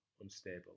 unstable